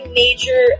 major